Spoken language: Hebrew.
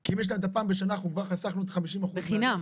כי אם יש להן את הפעם בשנה אנחנו כבר חסכנו 50%. בחינם.